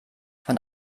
von